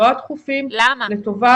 לא הדחופים --- למה?